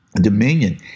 Dominion